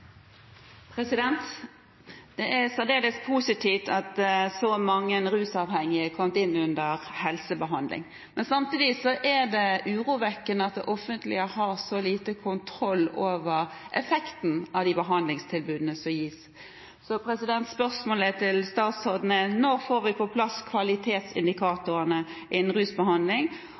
er særdeles positivt at så mange rusavhengige er kommet inn under helsebehandling, men samtidig er det urovekkende at det offentlige har så lite kontroll over effekten av de behandlingstilbudene som gis. Så spørsmålet til statsråden er: Når får vi på plass